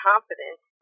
confidence